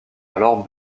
alors